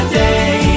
day